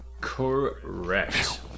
correct